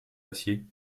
glaciers